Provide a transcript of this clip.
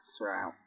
throughout